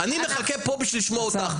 אני מחכה כאן בשביל לשמוע אותך.